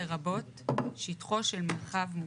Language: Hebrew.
לרבות שטחו של מרחב מוגן,